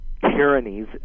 tyrannies